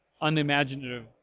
unimaginative